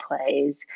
plays